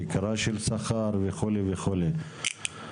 תקרה של שכר וכו' וכו'.